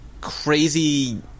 crazy